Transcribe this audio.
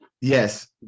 Yes